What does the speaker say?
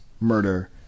Murder